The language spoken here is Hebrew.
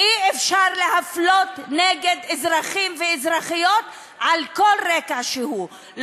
אי-אפשר להפלות אזרחים ואזרחיות על כל רקע שהוא,